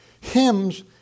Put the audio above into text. Hymns